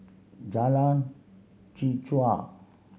Jalan Chichau